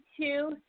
two